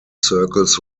circles